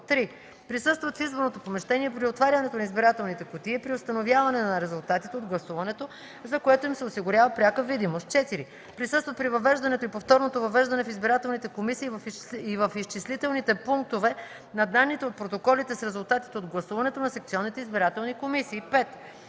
3. присъстват в изборното помещение при отварянето на избирателните кутии и при установяване на резултатите от гласуването, за което им се осигурява пряка видимост; 4. присъстват при въвеждането и повторното въвеждане в избирателните комисии и в изчислителните пунктове на данните от протоколите с резултатите от гласуването на секционните избирателни комисии;